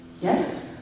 Yes